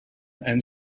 and